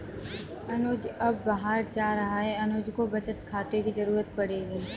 अनुज अब बाहर जा रहा है अनुज को बचत खाते की जरूरत पड़ेगी